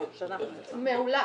--- מעולה,